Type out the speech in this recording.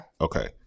Okay